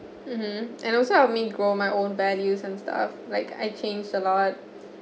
mmhmm and also I mean grow my own values and stuff like I changed a lot